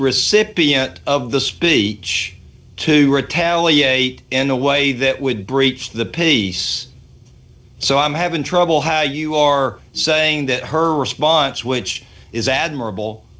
recipient of the speech to retaliate in a way that would breach the peace so i'm having trouble how you are saying that her response which is admirable